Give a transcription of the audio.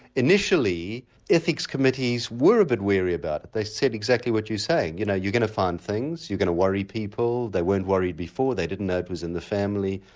initially ethics committees were a bit wary about it, they said exactly what you are saying, you know you're going to find things, you're going to worry people, they weren't worried before, they didn't know it was in the family.